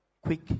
Quick